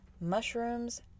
mushrooms